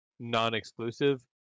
non-exclusive